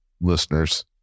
listeners